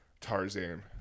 Tarzan